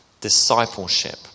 Discipleship